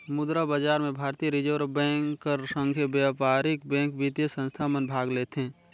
मुद्रा बजार में भारतीय रिजर्व बेंक कर संघे बयपारिक बेंक, बित्तीय संस्था मन भाग लेथें